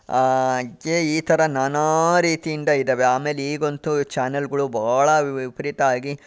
ಈ ಥರ ನಾನಾ ರೀತಿಯಿಂದ ಇದ್ದಾವೆ ಆಮೇಲಿಗಂತೂ ಚಾನೆಲ್ಗಳು ಬಹಳ ವಿಪರೀತವಾಗಿ